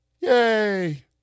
Yay